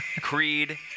Creed